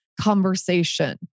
conversation